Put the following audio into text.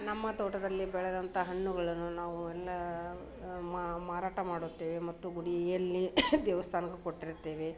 ನಮ್ಮ ತೋಟದಲ್ಲಿ ಬೆಳೆದಂಥ ಹಣ್ಣುಗಳನ್ನು ನಾವು ಎಲ್ಲ ಮಾರಾಟ ಮಾಡುತ್ತೇವೆ ಮತ್ತು ಗುಡಿಯಲ್ಲಿ ದೇವಸ್ಥಾನಕ್ಕೆ ಕೊಟ್ಟಿರ್ತೇವೆ